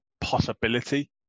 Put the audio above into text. possibility